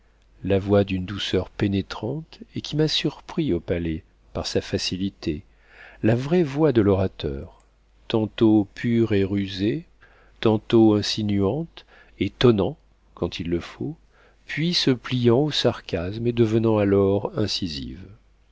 la voix d'une douceur pénétrante et qui m'a surpris au palais par sa facilité la vraie voix de l'orateur tantôt pure et rusée tantôt insinuante et tonnant quand il le faut puis se pliant au sarcasme et devenant alors incisive